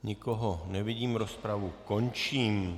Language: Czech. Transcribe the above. Nikoho nevidím, rozpravu končím.